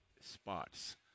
spots